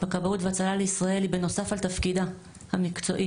בכבאות והצלה לישראל היא בנוסף על תפקידה המקצועי.